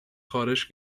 خارش